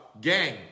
gang